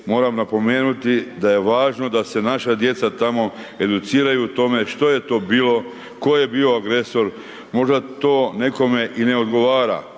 moram napomenuti da je važno da se naša djeca tamo educiraju o tome što je to bilo, ko je bio agresor, možda to nekome i ne odgovara